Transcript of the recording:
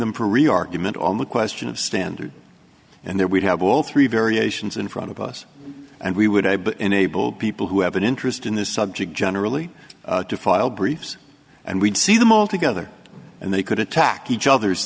them to reargue you meant on the question of standard and then we'd have all three variations in front of us and we would i but enable people who have an interest in this subject generally to file briefs and we'd see them all together and they could attack each other's